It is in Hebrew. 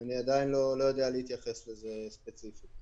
אני עדיין לא יודע להתייחס לזה ספציפית.